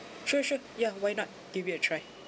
sure sure ya why not give it a try